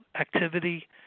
activity